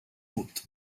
put